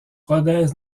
rodez